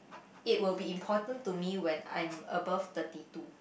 it will be important to me when I'm above thirty two